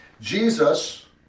Jesus